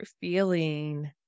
feeling